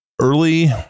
early